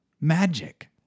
magic